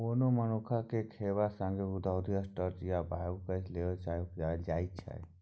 ओन मनुख केँ खेबाक संगे औद्योगिक स्टार्च आ बायोगैस लेल सेहो उपजाएल जाइ छै